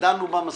דנו בה מספיק.